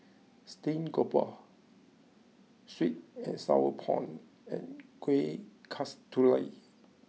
Steamed Grouper Sweet and Sour Prawns and Kueh Kasturi